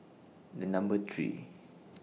The Number three